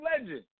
Legend